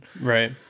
Right